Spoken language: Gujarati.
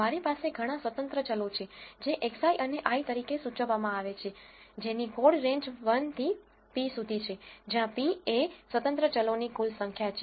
મારી પાસે ઘણા સ્વતંત્ર ચલો છે જે Xi અને i તરીકે સૂચવવામાં આવે છે જેની કોડ રેન્જ 1 થી p સુધી છે જ્યાં p એ સ્વતંત્ર ચલોની કુલ સંખ્યા છે